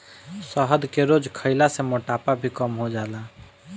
शहद के रोज खइला से मोटापा भी कम हो जाला